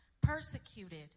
persecuted